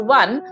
one